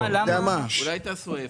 אולי תעשו ההפך.